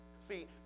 See